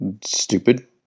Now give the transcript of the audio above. stupid